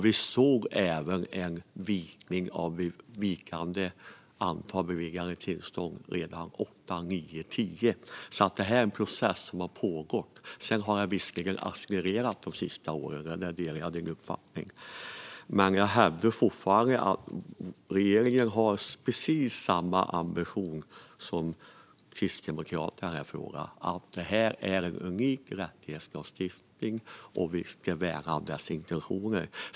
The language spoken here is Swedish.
Vi såg även ett vikande antal beviljade tillstånd redan 2008, 2009 och 2010, så detta är en process som har pågått. Det har visserligen accelererat de senaste åren - där delar jag din uppfattning. Jag hävdar dock fortfarande att regeringen har precis samma ambition som Kristdemokraterna i denna fråga. Detta är en unik rättighetslagstiftning, och vi ska värna dess intentioner.